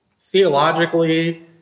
theologically